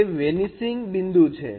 તે વેનીશિંગ બિંદુ છે